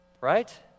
right